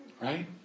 Right